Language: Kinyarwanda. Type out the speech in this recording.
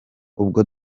ubwo